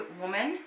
woman